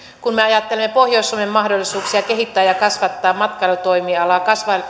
kun me ajattelemme pohjois suomen mahdollisuuksia kehittää ja kasvattaa matkailutoimialaa